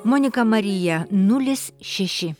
monika marija nulis šeši